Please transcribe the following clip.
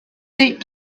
deep